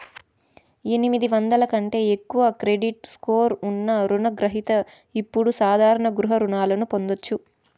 ఎనిమిది వందల కంటే ఎక్కువ క్రెడిట్ స్కోర్ ఉన్న రుణ గ్రహిత ఇప్పుడు సాధారణ గృహ రుణాలను పొందొచ్చు